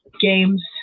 games